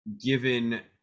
given